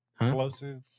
explosive